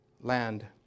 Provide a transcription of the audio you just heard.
land